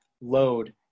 load